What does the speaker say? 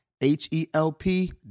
H-E-L-P